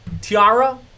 Tiara